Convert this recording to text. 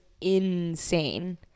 insane